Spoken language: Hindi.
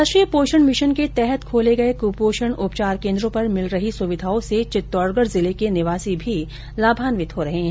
राष्ट्रीय पोषण मिशन के तहत खोले गये कुपोषण उपचार केन्द्रों पर मिल रही सुविधाओं से चित्तौडगढ़ जिले के निवासी भी लाभान्वित हो रहे है